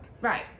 Right